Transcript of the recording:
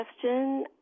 question